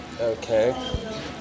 Okay